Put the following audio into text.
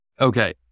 Okay